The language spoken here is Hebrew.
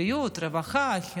בריאות, רווחה, חינוך,